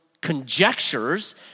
conjectures